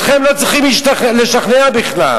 אתכם לא צריך לשכנע בכלל.